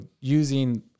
using